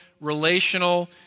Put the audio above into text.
relational